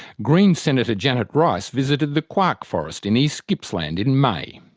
greens senator janet rice visited the kuark forest in east gippsland in may.